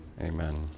amen